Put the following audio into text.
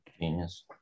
Genius